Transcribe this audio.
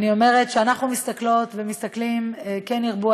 אני אומרת, כשאנחנו מסתכלות ומסתכלים, כן ירבו.